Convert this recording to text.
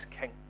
king